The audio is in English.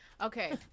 Okay